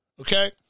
okay